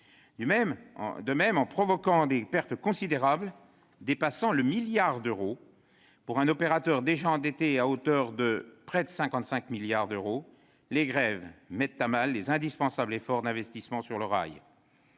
De même, en provoquant des pertes considérables, dépassant le milliard d'euros, pour un opérateur déjà endetté à hauteur de près de 55 milliards d'euros, les grèves mettent à mal les indispensables efforts d'investissements sur le rail.